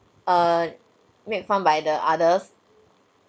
err make fun by the others